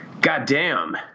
Goddamn